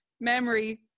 memory